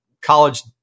college